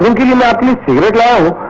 um me to to go